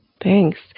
Thanks